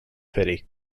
pity